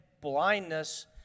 blindness